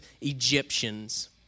Egyptians